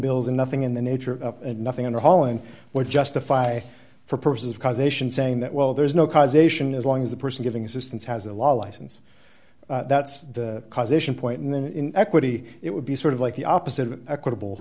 bills and nothing in the nature and nothing in holland would justify for purposes of causation saying that well there's no causation as long as the person giving assistance has a law license that's the causation point and then in equity it would be sort of like the opposite of equitable